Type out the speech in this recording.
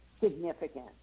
significant